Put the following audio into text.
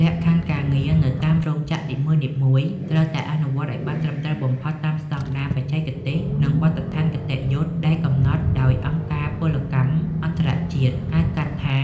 លក្ខខណ្ឌការងារនៅតាមរោងចក្រនីមួយៗត្រូវតែអនុវត្តឱ្យបានត្រឹមត្រូវបំផុតតាមស្តង់ដារបច្ចេកទេស និងបទដ្ឋានគតិយុត្តិដែលកំណត់ដោយអង្គការពលកម្មអន្តរជាតិ ហៅកាត់ថា